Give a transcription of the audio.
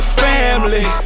family